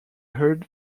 heard